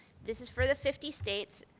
this is for the fifty states,